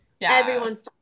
everyone's